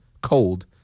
cold